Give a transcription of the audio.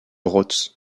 rots